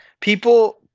people